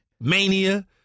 Mania